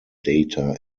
data